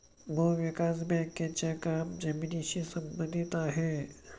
भूविकास बँकेचे काम जमिनीशी संबंधित आहे